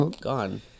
gone